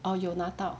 orh 有拿到